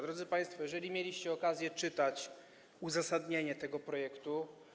Drodzy państwo, jeżeli mieliście okazję czytać uzasadnienie tego projektu.